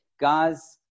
guys